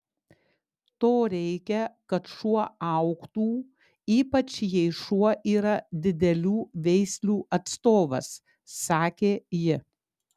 to reikia kad šuo augtų ypač jei šuo yra didelių veislių atstovas sakė ji